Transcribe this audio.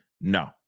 No